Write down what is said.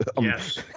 yes